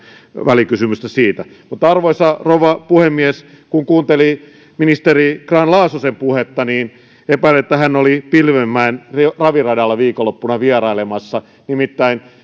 välikysymystä siitä arvoisa rouva puhemies kun kuunteli ministeri grahn laasosen puhetta niin alkoi epäillä että hän oli pilvenmäen raviradalla viikonloppuna vierailemassa nimittäin